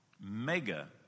mega